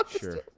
Sure